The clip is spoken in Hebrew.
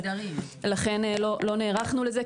לכן לא נערכנו לזה,